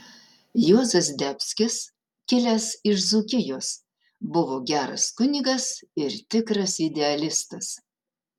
juozas zdebskis kilęs iš dzūkijos buvo geras kunigas ir tikras idealistas